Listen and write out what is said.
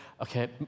Okay